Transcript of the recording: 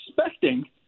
expecting